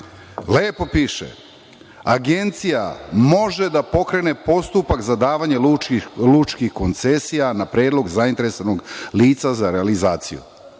lepo piše – Agencija može da pokrene postupak za davanje lučkih koncesija na predlog zainteresovanog lica za realizaciju.